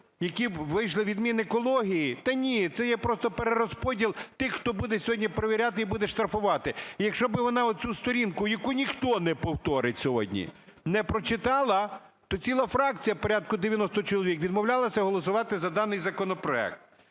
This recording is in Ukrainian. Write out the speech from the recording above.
які б вийшли від Мінекології? Та ні, це є просто перерозподіл тих, хто буде сьогодні перевіряти і буде штрафувати. І якщо би вона оцю сторінку, яку ніхто не повторить сьогодні, не прочитала, то ціла фракція, порядка 90 чоловік, відмовлялися голосувати за даний законопроект.